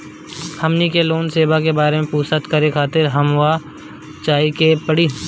हमनी के लोन सेबा के बारे में पूछताछ करे खातिर कहवा जाए के पड़ी?